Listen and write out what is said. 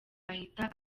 ahita